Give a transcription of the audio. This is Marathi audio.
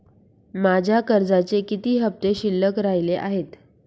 माझ्या कर्जाचे किती हफ्ते शिल्लक राहिले आहेत?